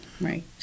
Right